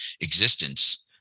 existence